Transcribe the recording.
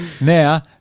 Now